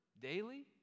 daily